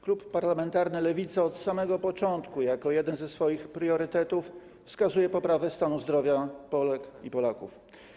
Klub parlamentarny Lewica od samego początku za jeden ze swoich priorytetów uznaje poprawę stanu zdrowia Polek i Polaków.